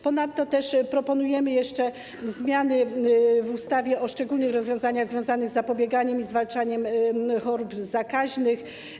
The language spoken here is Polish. Ponadto proponujemy jeszcze zmiany w ustawie o szczególnych rozwiązaniach związanych z zapobieganiem i zwalczaniem chorób zakaźnych.